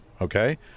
Okay